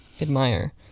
admire